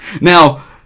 Now